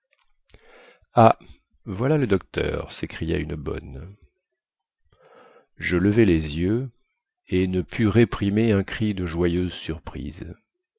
voilà le docteur sécria une bonne je levai les yeux et ne pus réprimer un cri de joyeuse surprise